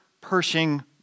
Pershing